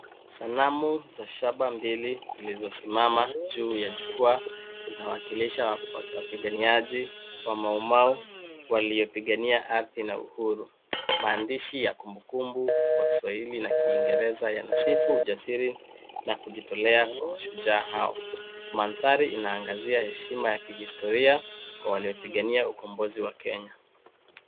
Sanamu za shaba mbili zilizosimama juu ya jukwaa, zinawakilisha wapiganiaji wa maumau waliopigania ardhi na uhuru. Maandishi ya kumbukumbu kwa kiswahili na kiingereza yanasifu ujasiri na kujitolea kwa mashujaa hao. Mandhari inaangazia heshima ya kihistoria, kwa waliopigania ukombozi wa Kenya.